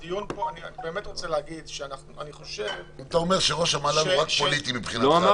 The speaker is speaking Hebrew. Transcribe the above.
אם אתה אומר שראש המל"ל הוא רק פוליטי מבחינתך,